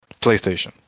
playstation